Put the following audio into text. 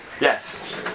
Yes